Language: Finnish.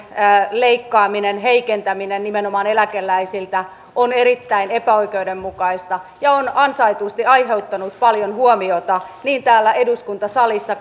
leikkaaminen heikentäminen nimenomaan eläkeläisiltä on erittäin epäoikeudenmukaista ja on ansaitusti aiheuttanut paljon huomiota niin täällä eduskuntasalissa